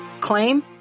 Claim